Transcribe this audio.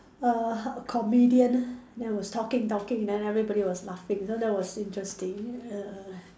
a a comedian then was talking talking then everybody was laughing so that was interesting err